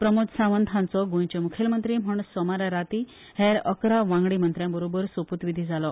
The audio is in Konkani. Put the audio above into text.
प्रमोद सावंत हांचो गोंयचे मुखेलमंत्री म्हण सोमारा राती हेर अकरा वांगडी मंत्र्यांबरोबर सोपुतविधी जाल्लो